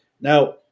Now